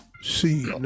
See